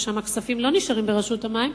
ששם הכספים לא נשארים ברשות המים,